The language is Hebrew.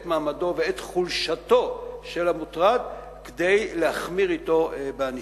את מעמדו ואת חולשתו של המוטרד ולהחמיר אתו בענישה.